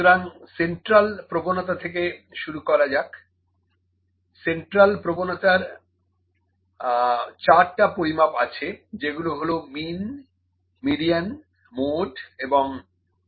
সুতরাং সেন্ট্রাল প্রবণতা থেকে শুরু করা যাক সেন্ট্রাল প্রবণতার 4 টা পরিমাপ আছে যেগুলো হলো মিন মিডিয়ান মোড এবং মিডরেঞ্জ midrange